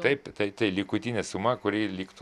taip tai tai likutinė suma kuri liktų